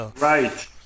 Right